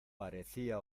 parecía